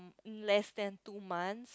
less than two months